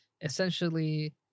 essentially